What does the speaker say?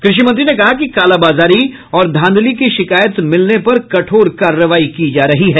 कृषि मंत्री ने कहा कि कालाबाजारी और धांधली की शिकायत मिलने पर कठोर कार्रवाई की जा रही है